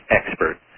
expert